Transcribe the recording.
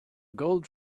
gold